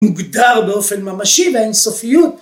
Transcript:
מוגדר באופן ממשי ואין סופיות.